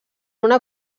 una